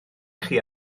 chi